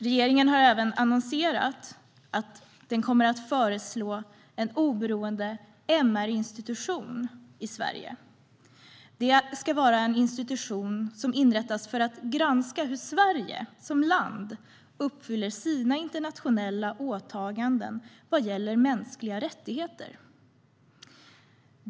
Regeringen har även annonserat att den kommer att föreslå en oberoende MR-institution i Sverige. Det ska vara en institution som inrättas för att granska hur Sverige som land uppfyller sina internationella åtaganden vad gäller mänskliga rättigheter.